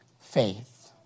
faith